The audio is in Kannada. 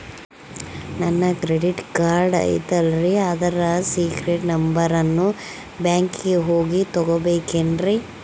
ನನ್ನ ಕ್ರೆಡಿಟ್ ಕಾರ್ಡ್ ಐತಲ್ರೇ ಅದರ ಸೇಕ್ರೇಟ್ ನಂಬರನ್ನು ಬ್ಯಾಂಕಿಗೆ ಹೋಗಿ ತಗೋಬೇಕಿನ್ರಿ?